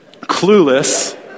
Clueless